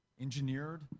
engineered